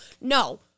no